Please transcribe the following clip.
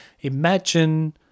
imagine